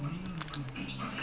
or we just err